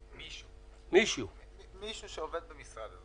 מישהו מישהו שעובד במשרד.